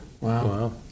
Wow